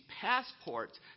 passports